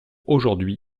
aujourd’hui